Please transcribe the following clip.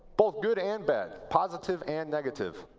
both good and bad. positive and negative.